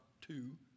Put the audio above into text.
two